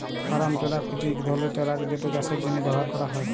farm truck হছে ইক ধরলের টেরাক যেট চাষের জ্যনহে ব্যাভার ক্যরা হয়